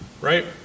right